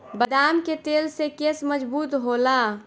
बदाम के तेल से केस मजबूत होला